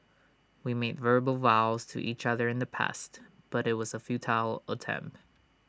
we made verbal vows to each other in the past but IT was A futile attempt